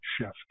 shift